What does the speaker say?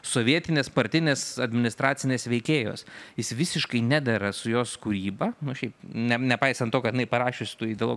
sovietinės partinės administracinės veikėjos jis visiškai nedera su jos kūryba nu šiaip ne nepaisant to kad jinai parašius tų ideologinių